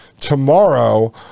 tomorrow